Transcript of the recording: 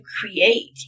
create